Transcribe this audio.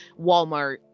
Walmart